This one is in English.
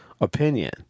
opinion